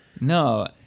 No